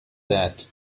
that